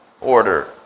order